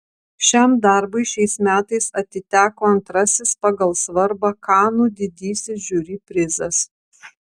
šiam darbui šiais metais atiteko antrasis pagal svarbą kanų didysis žiuri prizas